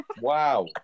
Wow